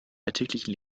alltäglichen